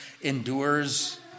endures